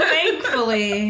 Thankfully